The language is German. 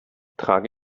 trage